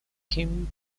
kim